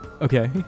Okay